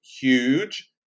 huge